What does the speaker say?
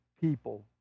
people